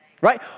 right